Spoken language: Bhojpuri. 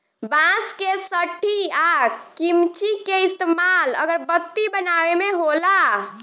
बांस के सठी आ किमची के इस्तमाल अगरबत्ती बनावे मे होला